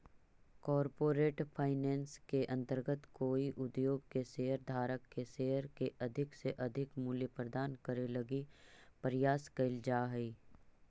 corporate finance के अंतर्गत कोई उद्योग के शेयर धारक के शेयर के अधिक से अधिक मूल्य प्रदान करे लगी प्रयास कैल जा हइ